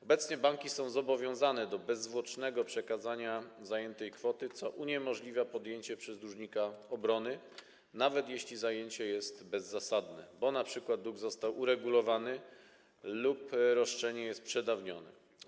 Obecnie banki są zobowiązane do bezzwłocznego przekazania zajętej kwoty, co uniemożliwia podjęcie przez dłużnika obrony, nawet jeśli zajęcie jest bezzasadne, bo np. dług został uregulowany lub roszczenie jest przedawnione.